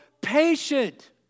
patient